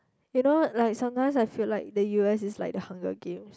you know what like sometimes I feel like the U_S is like the Hunger Games